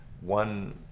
One